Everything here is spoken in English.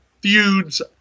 feuds